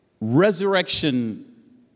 Resurrection